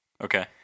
Okay